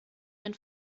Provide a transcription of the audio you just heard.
ein